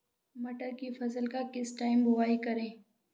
मटर की फसल का किस टाइम बुवाई करें?